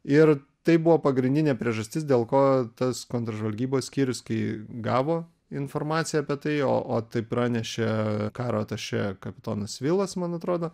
ir tai buvo pagrindinė priežastis dėl ko tas kontržvalgybos skyrius kai gavo informaciją apie tai o o tai pranešė karo atašė kapitonas vilas man atrodo